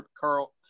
Carl